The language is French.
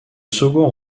second